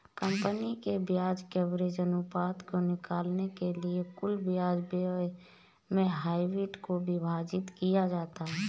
company के ब्याज coverage अनुपात को निकालने के लिए कुल ब्याज व्यय से ईबिट को विभाजित किया जाता है